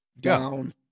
down